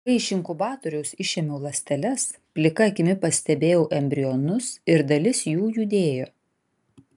kai iš inkubatoriaus išėmiau ląsteles plika akimi pastebėjau embrionus ir dalis jų judėjo